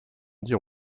dire